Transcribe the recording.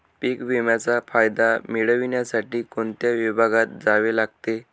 पीक विम्याचा फायदा मिळविण्यासाठी कोणत्या विभागात जावे लागते?